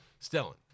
Stellan